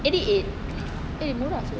eighty eight eh murah seh